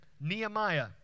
Nehemiah